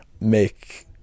make